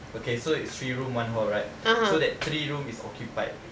okay so it's three room one hall right so that three room is occupied